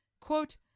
Quote